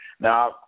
Now